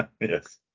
Yes